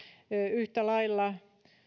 yhtä lailla